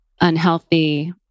unhealthy